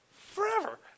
Forever